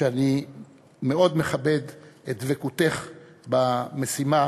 שאני מאוד מכבד את דבקותך במשימה,